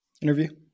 interview